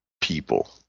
people